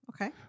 okay